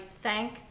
thank